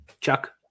Chuck